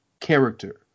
character